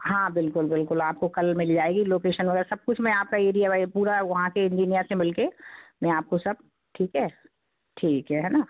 हाँ बिल्कुल बिल्कुल आपको कल मिल जाएगी लोकेशन वग़ैरह सब कुछ मैं आपका एरिया वाइ पूरा वहाँ के इंजीनियर से मिल के मैं आप को सब ठीक है ठीक है है ना